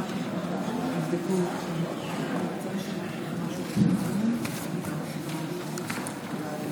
ברשות יושב-ראש הכנסת, הינני מתכבדת